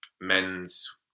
men's